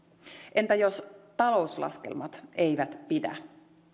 entä jos talouslaskelmat eivät pidä